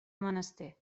menester